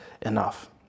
enough